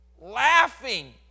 laughing